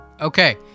Okay